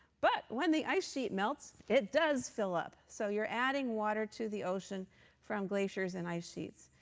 but when the ice sheet melts, it does fill up. so you're adding water to the ocean from glaciers and ice sheets.